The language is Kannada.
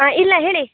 ಹಾಂ ಇಲ್ಲ ಹೇಳಿ